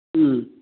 ꯎꯝ